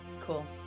cool